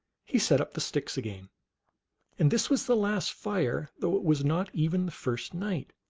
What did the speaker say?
he set up the sticks again and this was the last fire, though it was not even the first night.